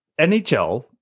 NHL